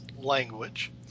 language